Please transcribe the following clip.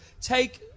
take